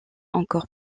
encore